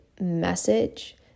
message